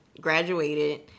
graduated